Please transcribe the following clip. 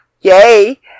Yay